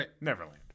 Neverland